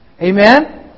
Amen